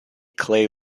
clay